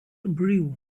brew